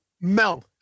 Mel